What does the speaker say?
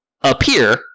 appear